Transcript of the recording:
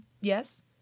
Yes